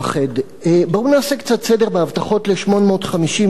בואו נעשה קצת סדר בהבטחות ל-850 יחידות דיור.